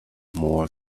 more